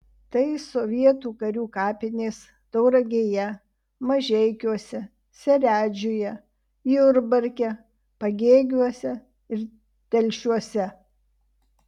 tai sovietų karių kapinės tauragėje mažeikiuose seredžiuje jurbarke pagėgiuose ir telšiuose